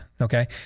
Okay